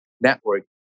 network